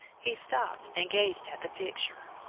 he stopped and gazed at the picture.